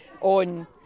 on